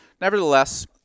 Nevertheless